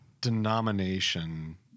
denomination